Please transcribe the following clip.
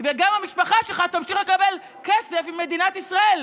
וגם המשפחה שלך תמשיך לקבל כסף ממדינת ישראל.